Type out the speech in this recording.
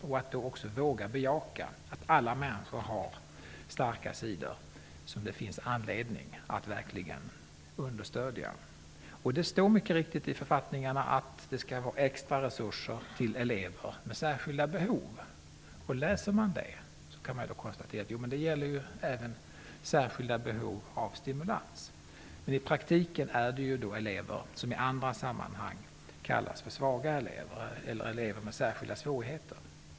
Man måste våga bejaka att alla människor har starka sidor som det verkligen finns anledning att understödja. Det står mycket riktigt i författningarna att det skall ges extra resurser till elever med särskilda behov. Om man läser det kan man konstatera att det även gäller särskilda behov av stimulans. I praktiken gäller det elever som i andra sammanhang kallas för svaga elever eller elever med särskilda svårigheter.